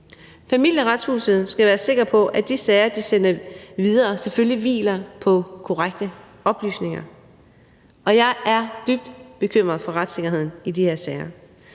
Familieretshuset skal være sikker på, at de sager, man sender videre, selvfølgelig hviler på korrekte oplysninger, og jeg er dybt bekymret for retssikkerheden i de her sager.